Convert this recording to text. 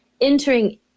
entering